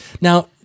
Now